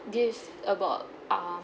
this about uh